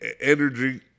energy